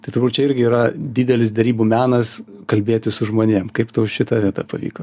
tai turbūt čia irgi yra didelis derybų menas kalbėtis su žmonėm kaip tau šita vieta pavyko